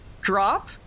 drop